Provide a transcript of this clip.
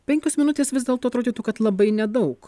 penkios minutės vis dėlto atrodytų kad labai nedaug